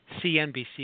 CNBC